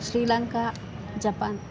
Sri Lanka Japan